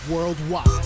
Worldwide